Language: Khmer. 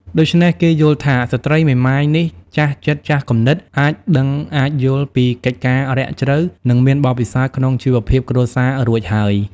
ដូច្នេះ គេយល់ថាស្ត្រីមេម៉ាយនេះចាស់ចិត្តចាស់គំនិតអាចដឹងអាចយល់ពីកិច្ចការណ៍រាក់ជ្រៅ និងមានបទពិសោធន៍ក្នុងជីវភាពគ្រួសាររួចហើយ ។